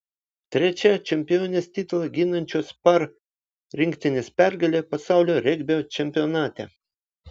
trečia čempionės titulą ginančios par rinktinės pergalė pasaulio regbio čempionate